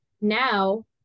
Now